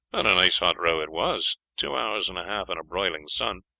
and a nice hot row it was two hours and a half in a broiling sun.